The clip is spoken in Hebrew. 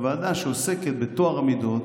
לגבי הוועדה שעוסקת בטוהר המידות